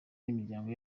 n’imiryango